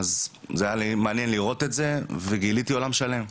אז היה לי מעניין לראות את זה ובאמת גיליתי עולם שלם.